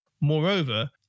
Moreover